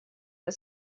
for